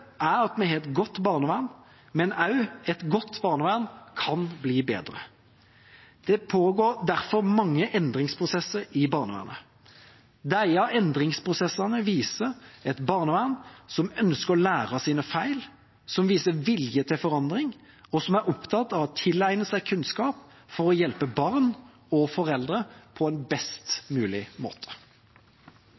er at vi har et godt barnevern, men også et godt barnevern kan bli bedre. Det pågår derfor mange endringsprosesser i barnevernet. Disse endringsprosessene viser et barnevern som ønsker å lære av sine feil, som viser vilje til forandring, og som er opptatt av å tilegne seg kunnskap for å hjelpe barn og foreldre på en best